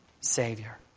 Savior